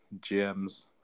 gems